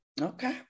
Okay